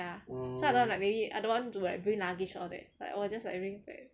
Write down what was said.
ya so I don't want to like maybe I don't want to like bring luggage all that like I just be having backpack